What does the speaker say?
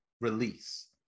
release